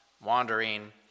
wandering